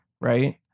right